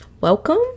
welcome